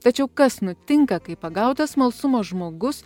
tačiau kas nutinka kai pagautas smalsumo žmogus